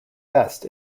best